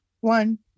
One